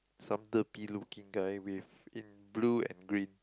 some derpy looking guy with in blue and green